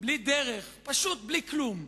בלי דרך, פשוט בלי כלום.